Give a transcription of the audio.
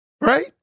right